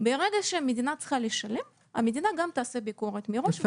אבל ברגע שהמדינה צריכה לשלם המדינה גם תעשה ביקורת מראש,